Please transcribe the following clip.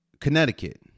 Connecticut